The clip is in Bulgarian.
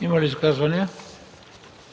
ПРЕДСЕДАТЕЛ